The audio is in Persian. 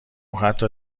حتی